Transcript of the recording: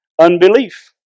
unbelief